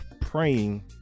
praying